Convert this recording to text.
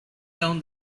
down